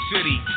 City